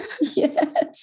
yes